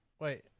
Wait